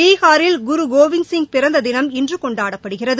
பீகாரில் குரு கோவிந்த சிங் பிறந்த தினம் இன்று கொண்டாடப்படுகிறது